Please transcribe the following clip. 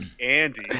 Andy